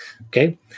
Okay